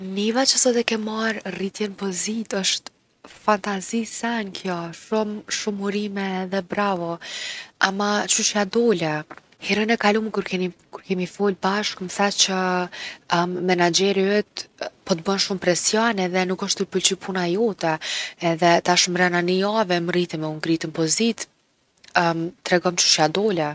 Niva që sot e ke marrë rritjen n’pozitë, osht fantazi sen kjo, shumë shumë urime edhe bravo! Ama qysh ja dole? Herën e kalume kur keni- kemi folë bashkë m’the që menaxheri yt po t’bon shumë presion edhe nuk osht tu i pëlqy puna jote edhe tash mrena ni jave mrrijte me u ngrit n’pozitë. tregom qysh ja dole?